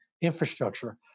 infrastructure